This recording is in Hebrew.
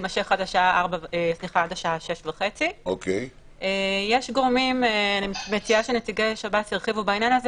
תימשך עד השעה 18:30. אני מציעה שנציגי השב"ס ירחיבו בעניין הזה